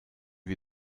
wie